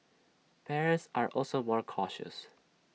parents are also more cautious